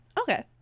Okay